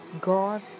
God